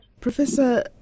Professor